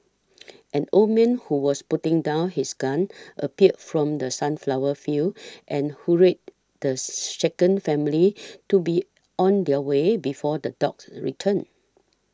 an old man who was putting down his gun appeared from the sunflower fields and hurried the shaken family to be on their way before the dogs return